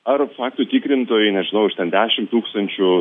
ar faktų tikrintojai nežinau iš ten dešim tūkstančių